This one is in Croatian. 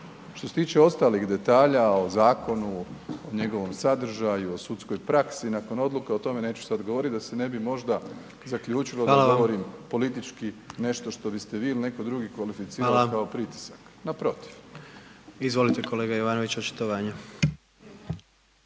Što se tiče ostalih detalja o zakonu, o njegovom sadržaju, o sudskoj praksi nakon odluka o tome neću sada govoriti da se ne bi možda zaključilo da govorim … /Upadica predsjednik: Hvala vam./ … političkim nešto što biste vi ili neko drugi kvalificirali kao pritisak, naprotiv. **Jandroković, Gordan